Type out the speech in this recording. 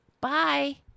bye